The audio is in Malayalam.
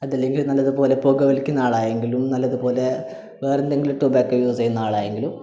അതല്ലെങ്കിൽ നല്ലതുപോലെ പുകവലിക്കുന്ന ആളായെങ്കിലും നല്ലത് പോലെ വേറെ എന്തെങ്കിലും ടോബാക്കോ യൂസ് ചെയ്യുന്ന ആളായെങ്കിലും